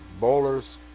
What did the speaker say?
bowlers